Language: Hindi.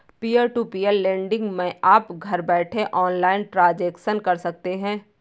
पियर टू पियर लेंड़िग मै आप घर बैठे ऑनलाइन ट्रांजेक्शन कर सकते है